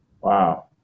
wow